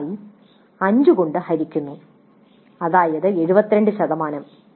6 ആയി 5 കൊണ്ട് ഹരിക്കുന്നു അതായത് 72 ശതമാനം